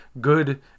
good